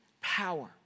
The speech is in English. power